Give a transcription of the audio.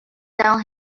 down